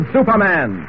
Superman